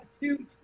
two